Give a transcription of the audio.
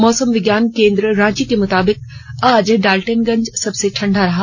मौसम विज्ञान केंद्र रांची के मुताबिक आज डाल्टनगंज सबसे ठंडा रहा